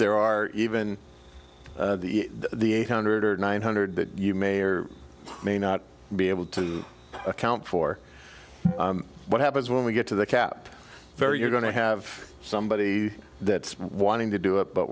there are even the eight hundred nine hundred that you may or may not be able to account for what happens when we get to the cap very you're going to have somebody that wanting to do it but